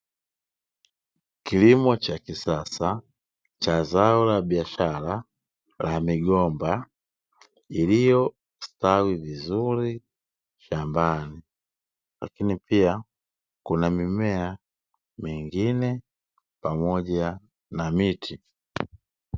Kilimo cha kisasa cha zao la biashara la migomba iliyostawi vizuri shambani, lakini pia kuna mimea mengine pamoja na miti.